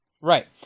Right